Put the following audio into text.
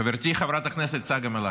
חברתי חברת הכנסת צגה מלקו,